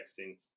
texting